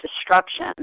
destruction